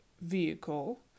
vehicle